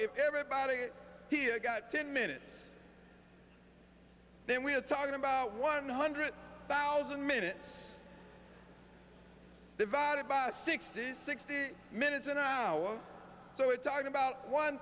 if everybody here got ten minutes then we're talking about one hundred thousand minutes divided by sixty sixty minutes an hour so it talked about one